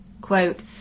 Quote